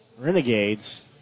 Renegades